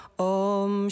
om